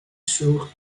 sur